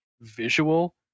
visual